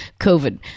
COVID